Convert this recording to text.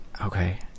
Okay